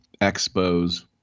Expos